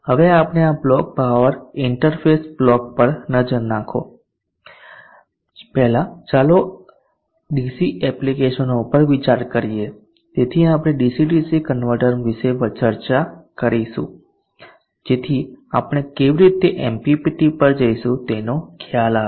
હવે આપણે આ બ્લોક પાવર ઇન્ટરફેસ બ્લોક પર નજર નાખો પહેલા ચાલો ડીસી એપ્લિકેશનો પર વિચાર કરીએ તેથી આપણે ડીસી ડીસી કન્વર્ટર વિશે ચર્ચા કરીશું જેથી આપણે કેવી રીતે એમપીપીટી પર જઈશું તેનો ખ્યાલ આવે